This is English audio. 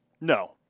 No